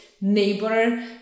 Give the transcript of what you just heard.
neighbor